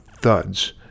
thuds